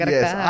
Yes